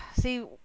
See